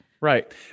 Right